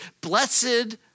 blessed